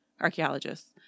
archaeologists